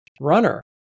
runner